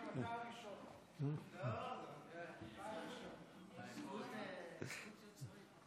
בבקשה, חבר הכנסת חיים כץ,